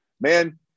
man